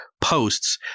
posts